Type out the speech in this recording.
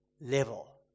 level